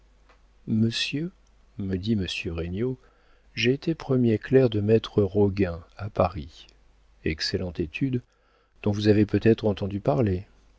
monsieur me dit monsieur regnault j'ai été premier clerc de maître roguin à paris excellente étude dont vous avez peut-être entendu parler